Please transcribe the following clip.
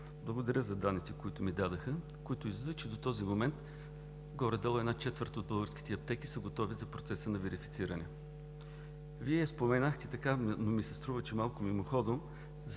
благодаря за данните, които ми дадохте. От тях излиза, че до този момент горе-долу една четвърт от българските аптеки са готови за процеса на верифициране. Вие споменахте, но ми се струва малко мимоходом,